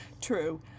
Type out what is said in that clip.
True